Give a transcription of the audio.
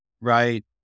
right